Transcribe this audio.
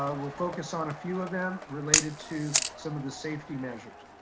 ah we'll focus on a few of them related to some of the safety measures.